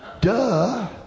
Duh